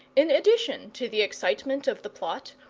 in addition to the excitement of the plot,